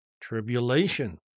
tribulation